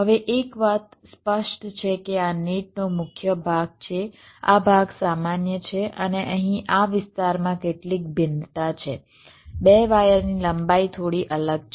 હવે એક વાત સ્પષ્ટ છે કે આ નેટનો મુખ્ય ભાગ છે આ ભાગ સામાન્ય છે અને અહીં આ વિસ્તારમાં કેટલીક ભિન્નતા છે 2 વાયર ની લંબાઈ થોડી અલગ છે